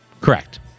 Correct